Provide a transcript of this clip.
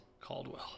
Caldwell